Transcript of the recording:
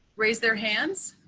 raise their hands,